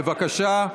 בבקשה,